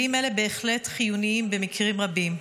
כלים אלה בהחלט חיוניים במקרים רבים,